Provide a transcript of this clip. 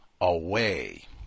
away